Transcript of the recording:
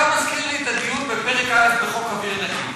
אתה מזכיר לי את הדיון בפרק א' בחוק אוויר נקי.